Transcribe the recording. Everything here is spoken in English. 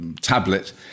tablet